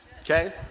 Okay